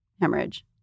hemorrhage